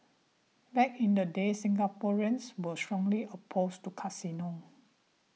back in the day Singaporeans were strongly opposed to casinos